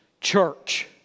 church